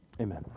Amen